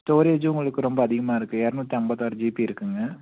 ஸ்டோரேஜும் உங்களுக்கு ரொம்ப அதிகமாக இருக்குது இரநூத்தி ஐம்பத்தாறு ஜிபி இருக்குங்க